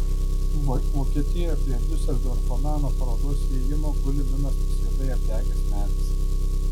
vokietijoje prie diuseldorfo meno parodos įėjimo guli numestas juodai apdegęs medis